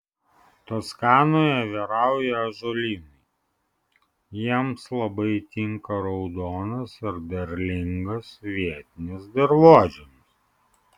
toskanoje vyrauja ąžuolynai jiems labai tinka raudonas ir derlingas vietinis dirvožemis